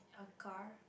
a car